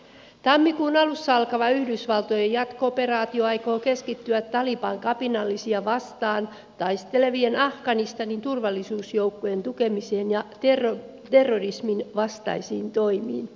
tammikuun alussa alkava yhdysvaltojen jatko operaatio aikoo keskittyä taliban kapinallisia vastaan taistelevien afganistanin turvallisuusjoukkojen tukemiseen ja terrorismin vastaisiin toimiin